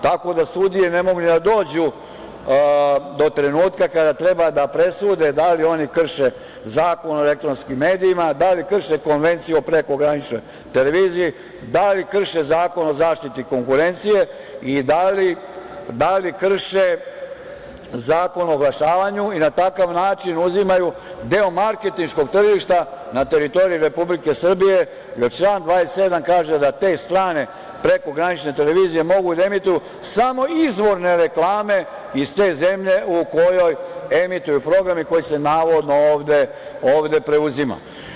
Tako da sudije ne mogu ni da dođu do trenutka kada treba da presude da li oni krše Zakon o elektronskim medijima, da li krše Konvenciju o prekograničnoj televiziji, da li krše Zakon o zaštiti konkurencije i da li krše Zakon o oglašavanju i na takav način uzimaju deo marketinškog tržišta na teritoriji Republike Srbije, jer član 27. kaže da te strane prekogranične televizije mogu da emituju samo izvorne reklame iz te zemlje u kojoj emituju program i koji se navodno ovde preuzima.